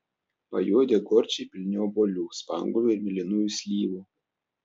pajuodę gorčiai pilni obuolių spanguolių ir mėlynųjų slyvų